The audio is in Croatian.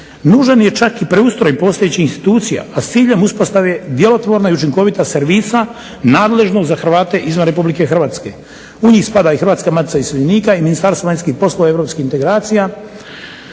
Nužan je čak i preustroj postojećih institucija, a s ciljem uspostave djelotvorna i učinkovita servisa nadležnog za Hrvate izvan RH. U njih spada i Hrvatska matica iseljenika i Ministarstvo vanjskih poslova i europskih integracija